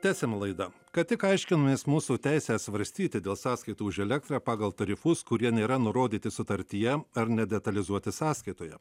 tęsiam laidą kad tik aiškinomės mūsų teisę svarstyti dėl sąskaitų už elektrą pagal tarifus kurie nėra nurodyti sutartyje ar nedetalizuoti sąskaitoje